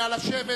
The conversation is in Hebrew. נא לשבת,